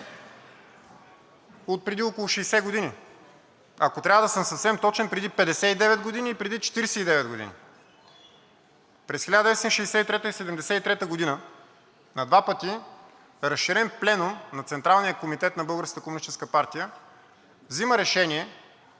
отпреди около 60 години, ако трябва да съм съвсем точен, преди 59 години, и преди 49 години. През 1963 г. и 1973 г. на два пъти на разширен пленум на Централния комитет на Българската